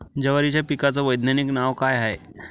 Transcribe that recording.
जवारीच्या पिकाचं वैधानिक नाव का हाये?